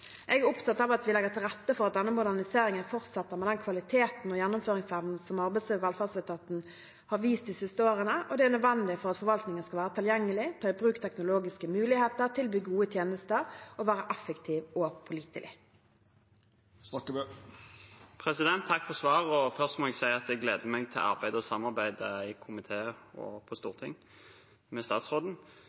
Jeg er opptatt av at vi legger til rette for at denne moderniseringen fortsetter med den kvaliteten og gjennomføringsevnen som arbeids- og velferdsetaten har vist de siste årene. Det er nødvendig for at forvaltningen skal være tilgjengelig, ta i bruk teknologiske muligheter, tilby gode tjenester og være effektiv og pålitelig. Takk for svaret. Først må jeg si at jeg gleder meg til å arbeide og samarbeide med statsråden, i komiteen og på